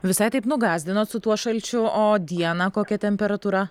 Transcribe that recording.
visai taip nugąsdinot su tuo šalčiu o dieną kokia temperatūra